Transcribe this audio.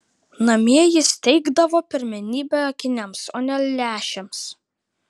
namie jis teikdavo pirmenybę akiniams o ne lęšiams